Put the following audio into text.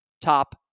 top